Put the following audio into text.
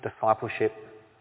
discipleship